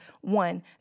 One